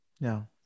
No